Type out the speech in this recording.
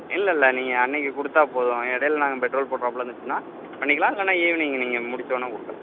இல்லை இல்லை நீங்கள் அன்னைக்கு கொடுத்தா போதும் இடைல நாங்கள் பெட்ரோல் போட்றாப்போல இருந்துச்சுன்னா பண்ணிக்கலாம் இல்லைனா ஈவினிங் நீங்கள் முடிச்சோனே கொடுக்கலாம்